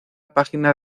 página